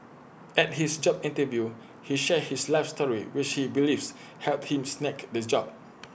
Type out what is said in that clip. at his job interview he shared his life story which he believes helped him snag the job